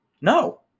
No